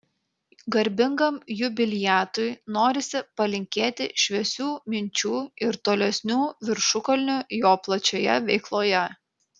garbingam jubiliatui norisi palinkėti šviesių minčių ir tolesnių viršukalnių jo plačioje veikloje